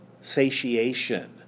Satiation